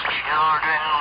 children